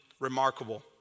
remarkable